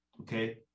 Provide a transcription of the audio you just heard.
Okay